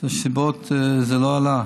יש סיבות שזה לא עלה.